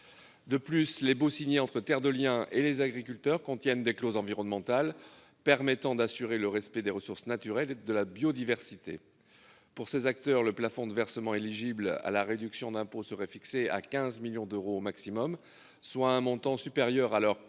De plus, les baux signés entre Terre de liens et les agriculteurs contiennent des clauses environnementales, permettant d'assurer le respect des ressources naturelles et de la biodiversité. Pour ces acteurs, le plafond de versements éligibles à la réduction d'impôt serait fixé à 15 millions d'euros maximum, soit un montant supérieur à leur collecte